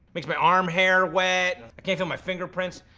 makes my arm hair wet. i can't feel my fingerprints.